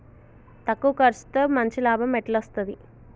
తక్కువ కర్సుతో మంచి లాభం ఎట్ల అస్తది?